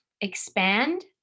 expand